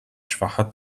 schwacher